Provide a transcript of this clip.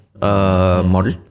model